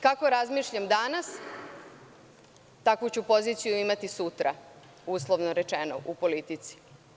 Kako razmišljam danas, takvu ću poziciju imati sutra, uslovno rečeno, u politici.